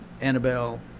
Annabelle